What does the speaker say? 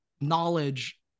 knowledge